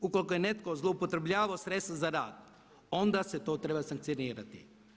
Ukoliko je netko zloupotrebljavao sredstva za rad onda se to treba sankcionirati.